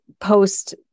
post